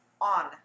on